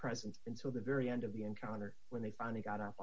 present until the very end of the encounter when they finally got